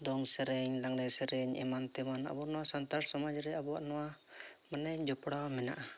ᱫᱚᱝ ᱥᱮᱨᱮᱧ ᱞᱟᱜᱽᱲᱮ ᱥᱮᱨᱮᱧ ᱮᱢᱟᱱ ᱛᱮᱢᱟᱱ ᱟᱵᱚ ᱱᱚᱣᱟ ᱥᱟᱱᱛᱟᱲ ᱥᱚᱢᱟᱡᱽ ᱨᱮ ᱟᱵᱚᱣᱟᱜ ᱱᱚᱣᱟ ᱢᱟᱱᱮ ᱡᱚᱯᱲᱟᱣ ᱢᱮᱱᱟᱜᱼᱟ